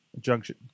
Junction